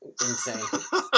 Insane